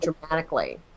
dramatically